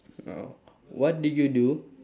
oh what do you do